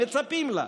מצפים לה.